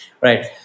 Right